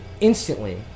instantly